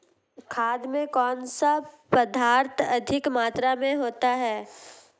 खाद में कौन सा पदार्थ अधिक मात्रा में होता है?